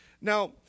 Now